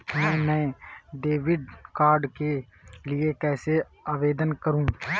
मैं नए debit card के लिए कैसे आवेदन करूं?